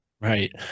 Right